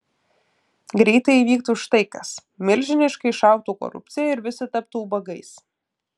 greitai įvyktų štai kas milžiniškai išaugtų korupcija ir visi taptų ubagais